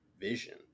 vision